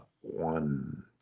One